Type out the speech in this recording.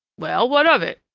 well, what of it?